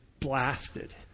blasted